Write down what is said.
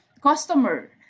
customer